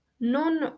non